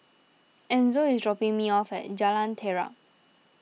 Enzo is dropping me off at Jalan Terap